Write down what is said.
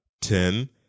ten